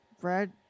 Brad